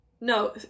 no